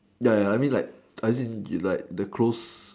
ya ya ya I mean like as in the close